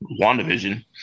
WandaVision